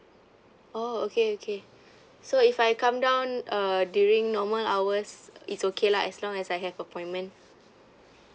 oh okay okay so if I come down uh during normal hours it's okay lah as long as I have appointment